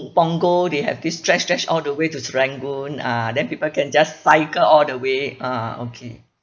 punggol they have this stretch stretch all the way to serangoon ah then people can just cycle all the way ah okay